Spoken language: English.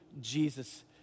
Jesus